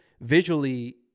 visually